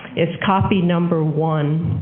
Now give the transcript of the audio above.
it's copy number one,